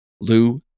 Lou